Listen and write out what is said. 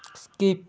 skip